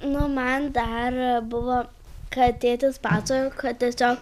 nu man dar buvo ką tėtis pasakojo kad tiesiog